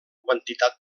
quantitat